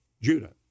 Judah